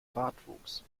bartwuchs